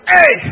Hey